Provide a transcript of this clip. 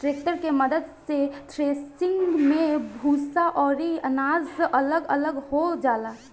tractor के मद्दत से थ्रेसिंग मे भूसा अउरी अनाज अलग अलग हो जाला